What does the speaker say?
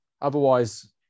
Otherwise